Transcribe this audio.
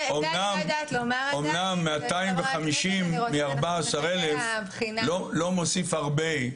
אומנם 250 מ-14,000 לא מוסיף הרבה.